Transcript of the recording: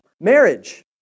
Marriage